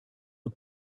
the